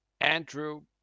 Andrew